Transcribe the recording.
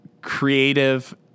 creative